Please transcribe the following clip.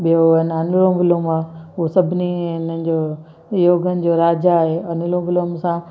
ॿियो हेन अनुलोम विलोम आहे हू सभिनी हिननि जो योगनि जो राजा आहे अनुलोम विलोम सां